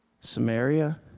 Samaria